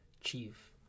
chief